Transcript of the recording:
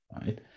right